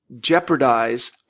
jeopardize